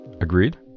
Agreed